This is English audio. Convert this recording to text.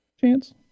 chance